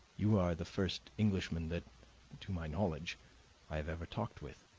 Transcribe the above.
you are the first englishman that to my knowledge i have ever talked with.